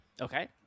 Okay